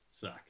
suck